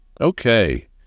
Okay